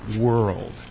world